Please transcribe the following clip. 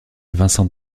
vincent